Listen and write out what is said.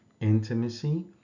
intimacy